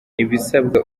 ibisabwa